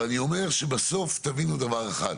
אבל, אני אומר שבסוף, תבינו דבר אחד.